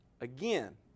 Again